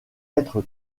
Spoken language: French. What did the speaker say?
être